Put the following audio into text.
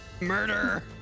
Murder